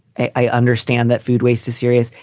i understand that food waste is serious.